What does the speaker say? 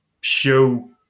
show